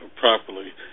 properly